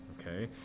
okay